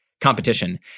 competition